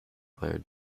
player